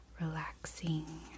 relaxing